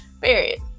Period